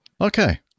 Okay